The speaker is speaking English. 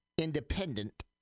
independent